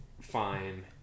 fine